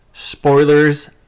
spoilers